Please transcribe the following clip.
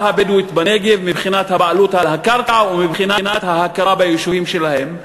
הבדואית בנגב מבחינת הבעלות על הקרקע ומבחינת ההכרה ביישובים שלהם,